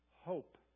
hope